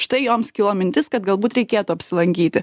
štai joms kilo mintis kad galbūt reikėtų apsilankyti